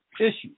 issues